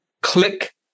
click